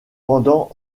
pendant